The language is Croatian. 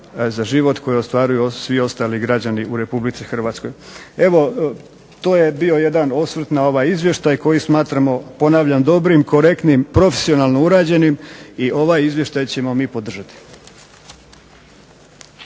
za život koje ostvaruju svi ostali građani u Republici Hrvatskoj. Evo to je bio jedan osvrt na ovaj Izvještaj koji smatramo ponavljam dobrim, korektnim, profesionalno urađenim i ovaj izvještaj ćemo mi podržati.